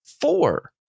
Four